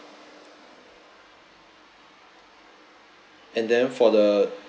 and then for the